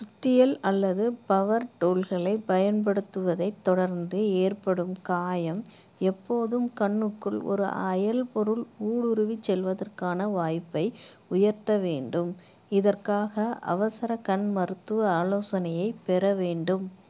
சுத்தியல் அல்லது பவர் டூல்களைப் பயன்படுத்துவதைத் தொடர்ந்து ஏற்படும் காயம் எப்போதும் கண்ணுக்குள் ஒரு அயல்பொருள் ஊடுருவிச் செல்வதற்கான வாய்ப்பை உயர்த்த வேண்டும் இதற்காக அவசர கண் மருத்துவ ஆலோசனையைப் பெற வேண்டும்